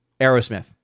Aerosmith